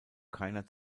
keiner